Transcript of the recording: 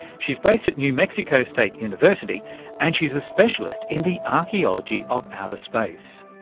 she's based at new mexico state university and she's a specialist in the archaeology of outer space.